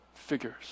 figures